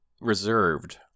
reserved